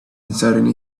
suddenly